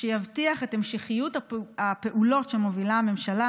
שיבטיח את המשכיות הפעולות שמובילה הממשלה